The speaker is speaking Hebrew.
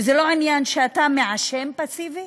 וזה לא עניין שאתה מעשן פסיבי.